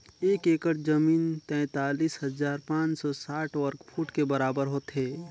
एक एकड़ जमीन तैंतालीस हजार पांच सौ साठ वर्ग फुट के बराबर होथे